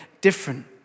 different